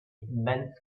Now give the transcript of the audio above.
immense